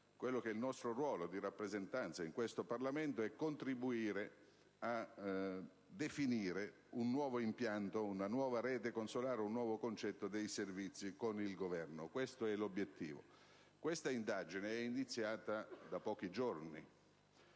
il nostro ruolo di rappresentanza in questo Parlamento e contribuire a definire un nuovo impianto, una nuova rete consolare e un nuovo concetto dei servizi, con il Governo. Questo è l'obiettivo. Questa indagine è iniziata da pochi giorni,